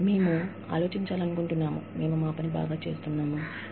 మేము మా పనిని బాగా చేస్తున్నామని అనుకుంటున్నాము